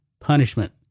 punishment